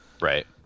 Right